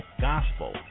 gospel